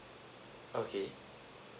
okay